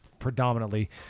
predominantly